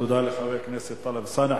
תודה לחבר הכנסת טלב אלסאנע.